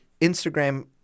Instagram